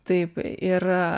taip ir